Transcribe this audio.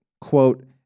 quote